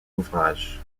ouvrages